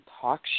talk